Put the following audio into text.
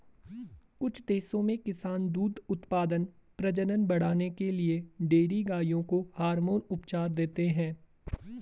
कुछ देशों में किसान दूध उत्पादन, प्रजनन बढ़ाने के लिए डेयरी गायों को हार्मोन उपचार देते हैं